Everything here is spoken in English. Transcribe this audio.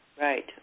Right